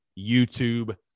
YouTube